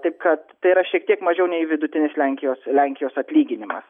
taip kad tai yra šiek tiek mažiau nei vidutinis lenkijos lenkijos atlyginimas